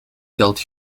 geld